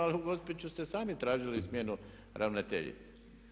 Ali u Gospiću ste sami tražili smjenu ravnateljice.